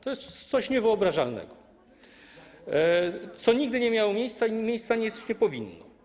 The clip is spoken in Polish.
To jest coś niewyobrażalnego, co nigdy nie miało miejsca i miejsca mieć nie powinno.